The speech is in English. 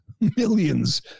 millions